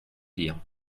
dire